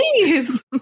please